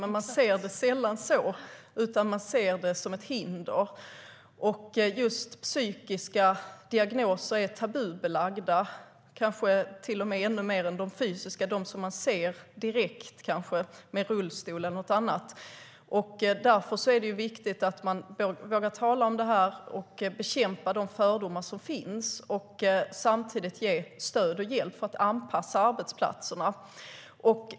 Men det ses sällan så, utan det ses som ett hinder. Just psykiska diagnoser är tabubelagda, kanske till och med ännu mer än de fysiska, dem som man ser direkt i form av en rullstol eller något annat. Därför är det viktigt att man vågar tala om det här och bekämpa de fördomar som finns och samtidigt ge stöd och hjälp för att anpassa arbetsplatserna.